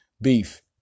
beef